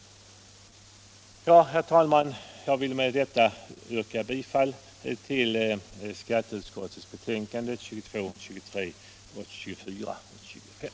Herr talman! Jag vill med detta yrka bifall till skatteutskottets hemställan i betänkandena 22, 23, 24 och 25.